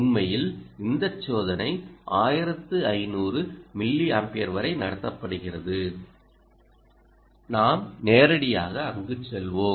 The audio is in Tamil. உண்மையில் இந்த சோதனை 1500 மில்லியாம்பியர் வரை நடத்தப்படுகிறது நாம் நேரடியாக அங்கு செல்வோம்